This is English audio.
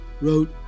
wrote